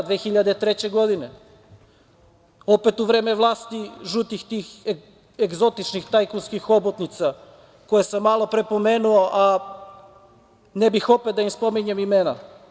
Pa 2003. godine, opet u vreme vlasti tih žutih egzotičnih tajkunskih hobotnica, koje sam malopre pomenuo, a ne bih opet da im spominjem imena.